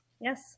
yes